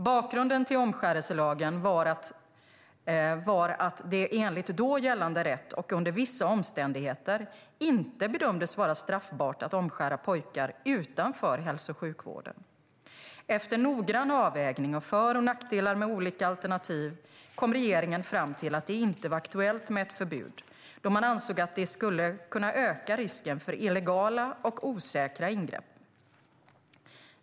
Bakgrunden till omskärelselagen var att det enligt då gällande rätt och under vissa omständigheter inte bedömdes vara straffbart att omskära pojkar utanför hälso och sjukvården. Efter en noggrann avvägning av för och nackdelar med olika alternativ kom regeringen fram till att det inte var aktuellt med ett förbud, då man ansåg att det skulle kunna öka risken för illegala och osäkra ingrepp.